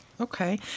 Okay